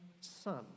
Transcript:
son